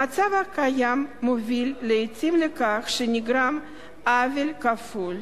המצב הקיים מוביל לעתים לכך שנגרם עוול כפול: